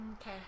Okay